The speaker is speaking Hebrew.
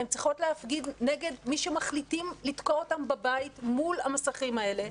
הן צריכות להפגין נגד מי שמחליטים לתקוע אותם בבית מול המסכים האלה,